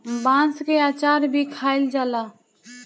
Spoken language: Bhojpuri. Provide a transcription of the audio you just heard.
बांस के अचार भी खाएल जाला